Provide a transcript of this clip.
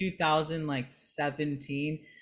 2017